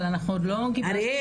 אבל אנחנו עוד לא גיבשנו --- הרי